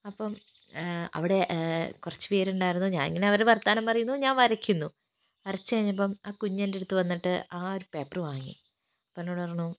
അപ്പം അവിടെ കുറച്ചു പേരുണ്ടായിരുന്നു ഞാൻ ഇങ്ങനെ അവരു വർത്തമാനം പറയുന്നു ഞാൻ വരക്കുന്നു വരച്ചു കഴിഞ്ഞപ്പം ആ കുഞ്ഞ് എൻ്റെ അടുത്ത് വന്നിട്ട് ആ ഒരു പേപ്പർ വാങ്ങി അപ്പോൾ എന്നോട് പറഞ്ഞു